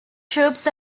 troops